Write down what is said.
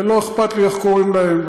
ולא אכפת לי איך קוראים להם,